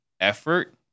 effort